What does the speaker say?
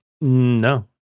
No